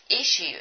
issue